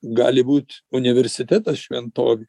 gali būt universitetas šventovė